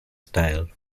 style